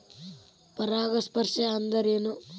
ಪರಾಗಸ್ಪರ್ಶ ಅಂದರೇನು?